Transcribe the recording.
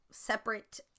separate